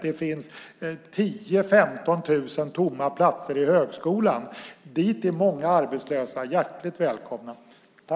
Det finns 10 000-15 000 tomma platser i högskolan. Dit är många arbetslösa hjärtligt välkomna!